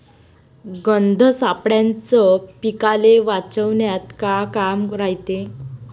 गंध सापळ्याचं पीकाले वाचवन्यात का काम रायते?